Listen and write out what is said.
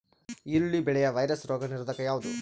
ಈರುಳ್ಳಿ ಬೆಳೆಯ ವೈರಸ್ ರೋಗ ನಿರೋಧಕ ಯಾವುದು?